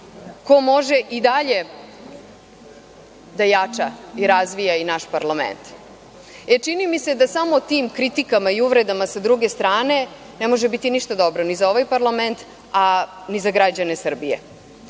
ko može i dalje da jača i razvija naš parlament, jer, čini mi se da samo tim kritikama i uvredama sa druge strane ne može biti ništa dobro ni za ovaj parlament, a ni za građane Srbije. Još